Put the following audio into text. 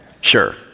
Sure